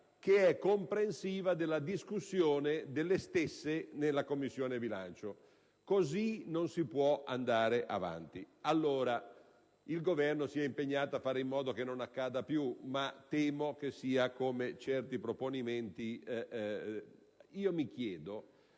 comprensiva della discussione delle stesse in Commissione bilancio. Così non si può andare avanti. Il Governo si è impegnato a fare in modo che non accada più, ma temo che sia come certi proponimenti. Mi chiedo